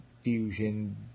fusion